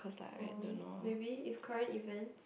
um maybe if current events